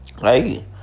right